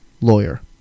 lawyer